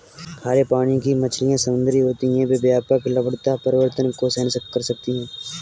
खारे पानी की मछलियाँ समुद्री होती हैं जो व्यापक लवणता परिवर्तन को सहन कर सकती हैं